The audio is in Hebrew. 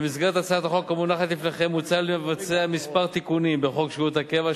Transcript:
במסגרת הצעת החוק המונחת לפניכם מוצע לבצע כמה תיקונים בחוק שירות הקבע,